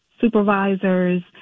supervisors